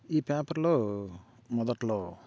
ఈ పేపర్లో మొదట్లో